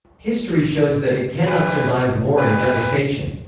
history shows that it cannot survive war and devastation.